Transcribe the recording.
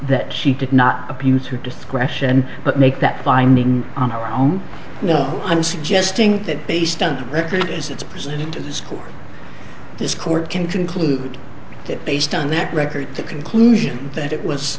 that she did not abuse her discretion but make that binding on her own now i'm suggesting that based on record as it's presented to the school this court can conclude that based on that record the conclusion that it was